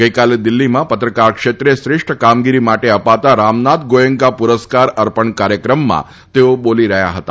ગઇકાલે દિલ્હીમાં પત્રકાર ક્ષેત્રે શ્રેષ્ઠ કામગીરી માટે અપાતા રામનાથ ગોયંકા પુરસ્કાર અર્પણ કાર્યક્રમમાં તેઓ બોલી રહ્યા હતા